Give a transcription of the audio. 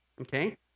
Okay